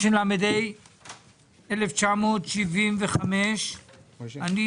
התשל"ה 1975. אני